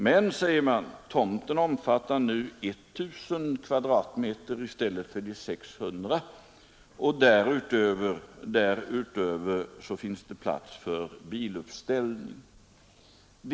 Men, säger man, tomten omfattar 1000 i stället för 600 kvadratmeter, och därutöver finns det också plats för uppställning av bil.